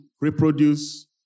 reproduce